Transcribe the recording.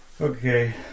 okay